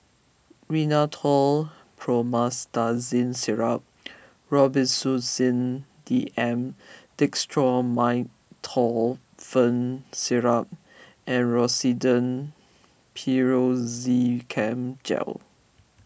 Rhinathiol Promethazine Syrup Robitussin D M Dextromethorphan Syrup and Rosiden Piroxicam Gel